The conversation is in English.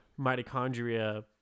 mitochondria